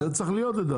לדעתי, זה צריך להיות.